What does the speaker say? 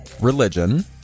religion